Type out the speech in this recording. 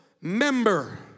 member